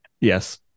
Yes